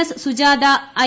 S Sujatha I